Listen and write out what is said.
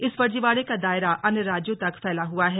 इस फर्जीवाड़े का दायरा अन्य राज्यों तक फैला हुआ है